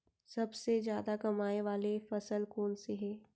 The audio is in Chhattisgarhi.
सबसे जादा कमाए वाले फसल कोन से हे?